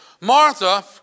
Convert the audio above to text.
Martha